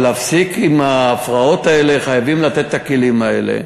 אבל כדי להפסיק את ההפרעות האלה חייבים לתת את הכלים האלה.